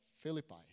Philippi